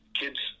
kids